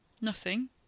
Nothing